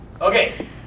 Okay